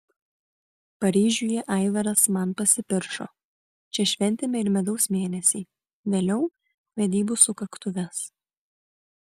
paryžiuje aivaras man pasipiršo čia šventėme ir medaus mėnesį vėliau vedybų sukaktuves